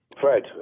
Fred